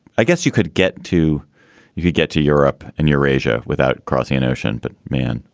i guess you could get to you could get to europe and eurasia without crossing an ocean. but man,